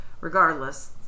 regardless